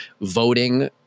voting